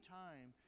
time